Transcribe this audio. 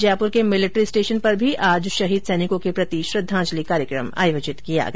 जयपुर के military station पर भी आज शहीद सैनिकों के प्रति श्रद्धांजलि कार्यक्रम आयोजित किया गया